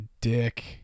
dick